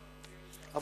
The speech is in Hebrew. ואני מסכים אתו לחלוטין,